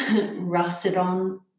rusted-on